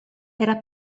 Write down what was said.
era